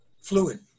fluid